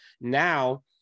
now